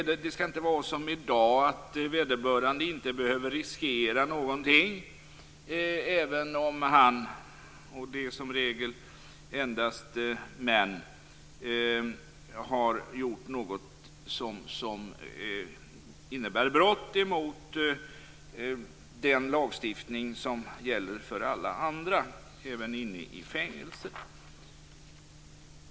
Det skall inte vara som i dag att vederbörande inte behöver riskera någonting även om han - och det är som regel endast män - har gjort något som innebär brott enligt den lagstiftning som gäller för alla andra, även inne i fängelser.